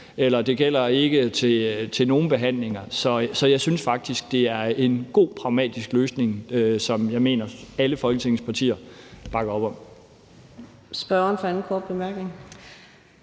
eller er det ikke gælder til visse behandlinger. Så jeg synes faktisk, det er en god, pragmatisk løsning, som jeg mener alle Folketingets partier bakker op om.